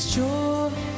joy